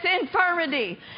infirmity